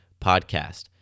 podcast